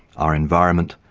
our environment,